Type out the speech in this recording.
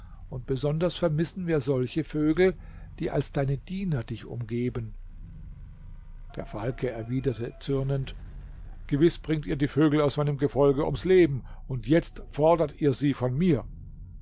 und besonders vermissen wir solche vögel die als deine diener dich umgeben der falke erwiderte zürnend gewiß bringt ihr die vögel aus meinem gefolge ums leben und jetzt fordert ihr sie von mir